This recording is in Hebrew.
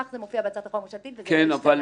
כך זה מופיע בהצעת החוק הממשלתית וזה לא השתנה.